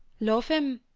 love him.